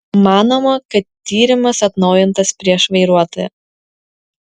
manoma kad tyrimas atnaujintas prieš vairuotoją